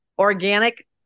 organic